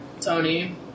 Tony